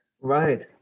Right